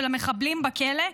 של המחבלים בכלא,